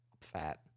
fat